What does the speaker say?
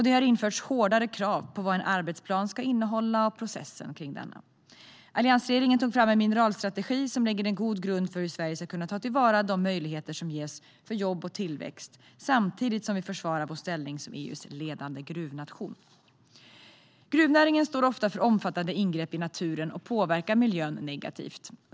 Det har införts hårdare krav på vad en arbetsplan ska innehålla och på processen runt denna. Alliansregeringen tog fram en mineralstrategi som lade en god grund för hur Sverige ska kunna ta till vara de möjligheter som finns för jobb och tillväxt, samtidigt som vi försvarar vår ställning som EU:s ledande gruvnation. Gruvnäringen står ofta för omfattande ingrepp i naturen och påverkar miljön negativt.